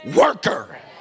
worker